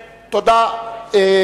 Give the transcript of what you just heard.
4, אין נמנעים.